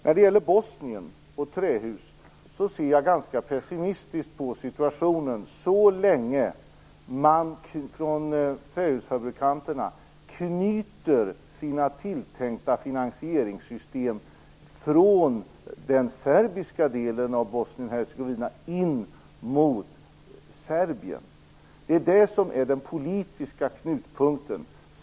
När det gäller Bosnien och trähus ser jag ganska pessimistiskt på situationen så länge trähusfabrikanterna knyter sina tilltänkta finansieringssystem från den serbiska delen av Bosnien-Hercegovina in mot Serbien. Det är den politiska knutpunkten.